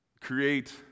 create